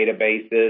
databases